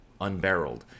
unbarreled